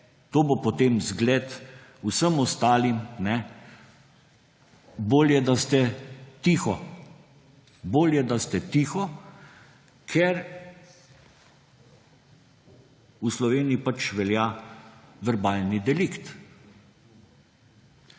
to bo potem zgled vsem ostalim: bolje, da ste tiho, bolje, da ste tiho, ker v Sloveniji velja verbalni delikt.